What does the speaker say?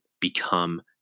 become